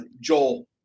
Joel